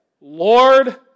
Lord